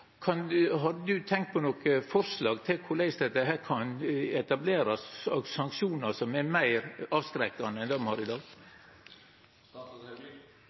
Har statsråden tenkt på noko forslag til korleis det kan etablerast sanksjonar som er meir avskrekkande enn dei me har i dag?